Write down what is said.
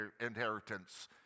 inheritance